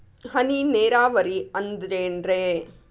ಹನಿ ನೇರಾವರಿ ಅಂದ್ರೇನ್ರೇ?